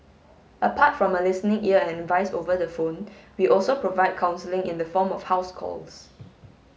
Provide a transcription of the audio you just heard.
apart from a listening ear and advice over the phone we also provide counselling in the form of house calls